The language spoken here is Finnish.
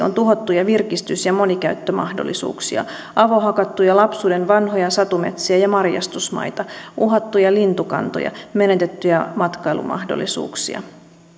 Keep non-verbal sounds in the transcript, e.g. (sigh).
(unintelligible) on tuhottuja virkistys ja monikäyttömahdollisuuksia avohakattuja lapsuuden vanhoja satumetsiä ja marjastusmaita uhattuja lintukantoja menetettyjä matkailumahdollisuuksia